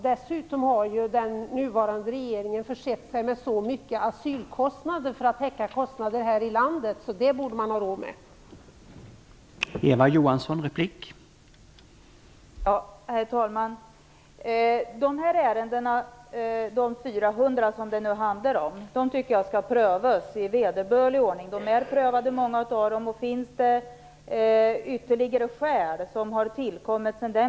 Dessutom har den nuvarande regeringen försett sig med så stora summor för att täcka asylkostnader här i landet att man borde ha råd med det.